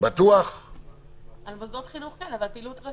על מוסדות חינוך כן, אבל טיפול רווחה?